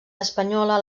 espanyola